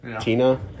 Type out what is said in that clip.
Tina